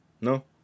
No